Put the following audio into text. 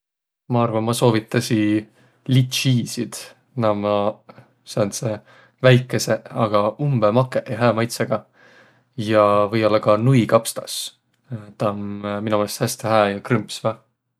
Ma arva, ma soovitasiq liitsiisit. Naaq ommaq sääntseq väikeseq, aga umbõ makõq ja hää maitsõgaq. Ja või-ollaq ka nuikapstas. Taa om mino meelest häste hää ja krõmpsva.